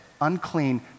unclean